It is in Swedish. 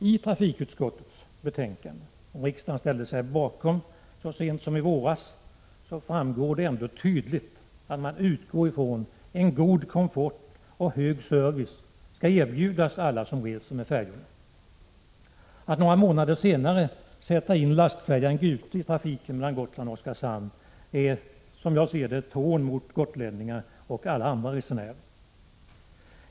I trafikutskottets betänkande 1985/86:26, som riksdagen ställde sig bakom så sent som i våras, framgår det tydligt att man utgår ifrån att en god komfort och hög service skall erbjudas alla som reser med färjorna. Att några månader senare sätta in lastfärjan Gute i trafiken mellan Gotland och Oskarshamn är, som jag ser det, ett hån mot gotlänningarna och alla andra resenärer.